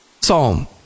Psalm